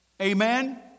Amen